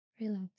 Relax